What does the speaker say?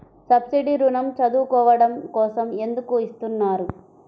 Subsidy ఋణం చదువుకోవడం కోసం ఎందుకు ఇస్తున్నారు?